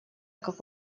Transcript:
как